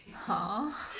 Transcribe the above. !huh!